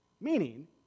Meaning